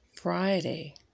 Friday